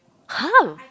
!huh!